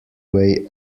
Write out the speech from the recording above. way